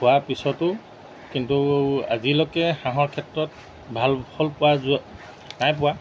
খোৱাৰ পিছতো কিন্তু আজিলৈকে হাঁহৰ ক্ষেত্ৰত ভাল ফল পোৱা যো নাই পোৱা